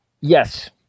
Yes